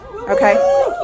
Okay